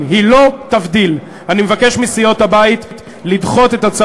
והיא מסכנת את שלום